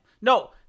No